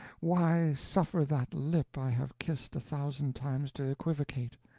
why suffer that lip i have kissed a thousand times to equivocate?